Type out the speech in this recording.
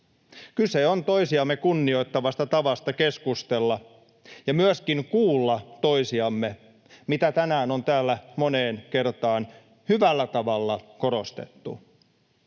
Kyse on toisiamme kunnioittavasta tavasta keskustella ja myöskin kuulla toisiamme, mitä tänään on täällä moneen kertaan hyvällä tavalla korostettu.